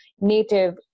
native